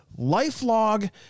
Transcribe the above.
lifelog